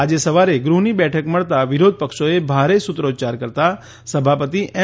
આજે સવારે ગૃહની બેઠક મળતાં વિરોધ પક્ષોએ ભારે સુત્રોચ્યાર કરતાં સભાપતિ એમ